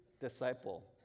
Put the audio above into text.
Disciple